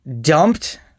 Dumped